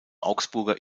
augsburger